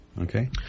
Okay